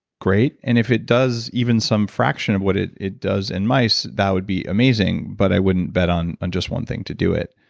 great. and if it does even some fraction of what it it does in mice, that would be amazing. but i wouldn't bet on on just one thing to do it